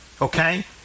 okay